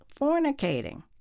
fornicating